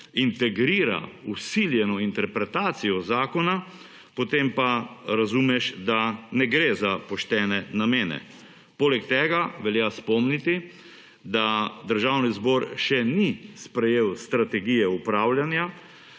integrira vsiljeno interpretacijo zakona, potem pa razumeš, da ne gre za poštene namene. Poleg tega velja spomniti, da Državni zbor še ni sprejel strategije upravljanja